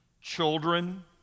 children